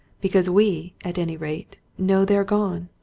because we, at any rate, know they're gone!